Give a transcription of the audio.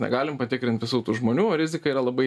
negalim patikrint visų tų žmonių ir rizika yra labai